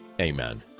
amen